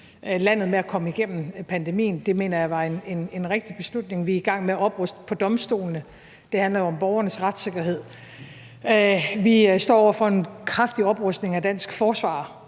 landet med at komme igennem pandemien. Det mener jeg var en rigtig beslutning. Vi er i gang med at opruste på domstolene. Det handler jo om borgernes retssikkerhed. Vi står over for en kraftig oprustning af dansk forsvar.